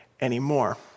anymore